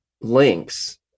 links